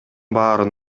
баарын